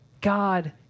God